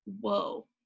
whoa